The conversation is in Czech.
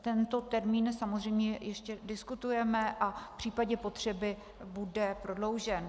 Tento termín samozřejmě ještě diskutujeme a v případě potřeby bude prodloužen.